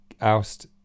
oust